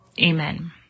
Amen